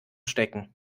stecken